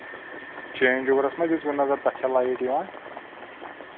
change اَورَس ما دِژوٕ نظر تَتھ چھا لایٹ یِوان